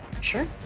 Sure